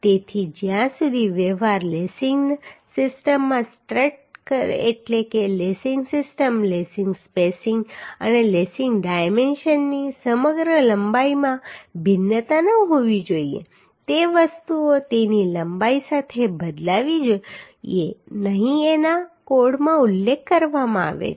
તેથી જ્યાં સુધી વ્યવહારુ લેસિંગ સિસ્ટમમાં સ્ટ્રટ એટલે કે લેસિંગ સિસ્ટમ લેસિંગ સ્પેસિંગ અને લેસિંગ ડાયમેન્શનની સમગ્ર લંબાઈમાં ભિન્નતા ન હોવી જોઈએ તે વસ્તુઓ તેની લંબાઈ સાથે બદલવી જોઈએ નહીં જેનો કોડમાં ઉલ્લેખ કરવામાં આવ્યો છે